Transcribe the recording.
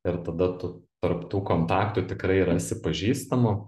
ir tada tu tarp tų kontaktų tikrai rasi pažįstamų